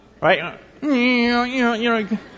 Right